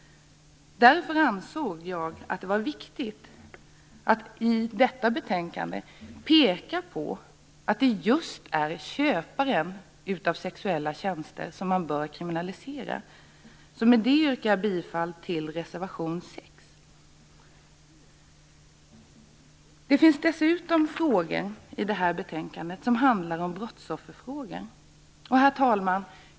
Därför ansåg jag att det var viktigt att i detta betänkande peka på att det just är köparen av sexuella tjänster som bör kriminaliseras. Med detta yrkar jag bifall till reservation 6. Vidare innehåller betänkandet frågor om brottsoffer. Herr talman!